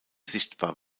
sichtbar